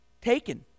Taken